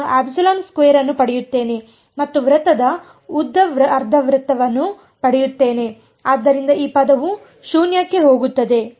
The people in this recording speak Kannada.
ನಾನು ಅನ್ನು ಪಡೆಯುತ್ತೇನೆ ಮತ್ತು ವೃತ್ತದ ಉದ್ದ ಅರ್ಧವೃತ್ತವನ್ನು ಪಡೆಯುತ್ತೇನೆ ಆದ್ದರಿಂದ ಆ ಪದವು ಶೂನ್ಯಕ್ಕೆ ಹೋಗುತ್ತದೆ